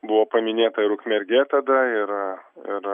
buvo paminėta ir ukmergė tada ir ir